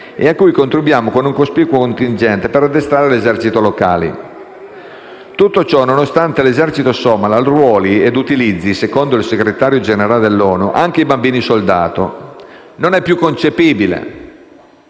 e a cui contribuiamo con un cospicuo contingente, per addestrare l'esercito locale. E tutto ciò avviene nonostante l'esercito somalo arruoli e utilizzi - secondo il Segretario Generale ONU - anche bambini soldato. Non è più concepibile.